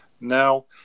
Now